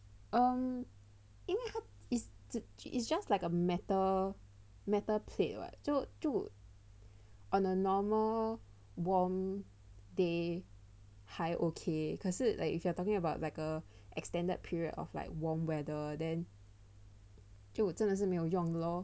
um 因为他 it's it's just like a metal metal plate [what] 就 on a normal warm day 还 ok 可是 like if you are talking about like a extended period of like warm weather then 就真的是没有用 lor